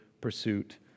pursuit